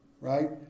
Right